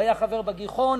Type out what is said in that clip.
הוא היה חבר ב"הגיחון",